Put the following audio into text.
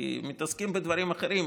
כי מתעסקים בדברים אחרים,